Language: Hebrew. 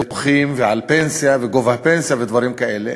ביטוחים, פנסיה וגובה הפנסיה ודברים כאלה.